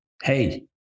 Hey